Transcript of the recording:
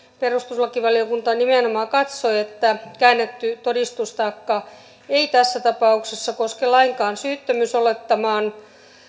perustuslakivaliokunta nimenomaan katsoi että käännetty todistustaakka ei tässä tapauksessa koske lainkaan syyttömyysolettaman